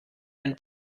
den